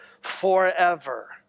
forever